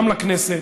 גם לכנסת,